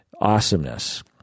awesomeness